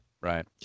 Right